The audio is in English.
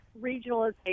regionalization